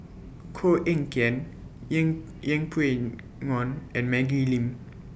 Koh Eng Kian Yeng Yeng Pway Ngon and Maggie Lim